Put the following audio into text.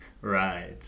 Right